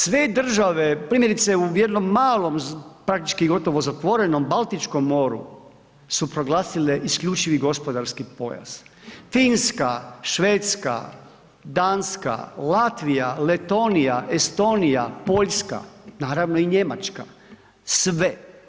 Sve države primjerice u jednom malom praktički gotovo zatvorenom Baltičkom moru su proglasile isključivi gospodarski pojas, Finska, Švedska, Danska, Latvija, Letonija, Estonija, Poljska, naravno i Njemačka sve.